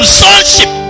sonship